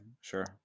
sure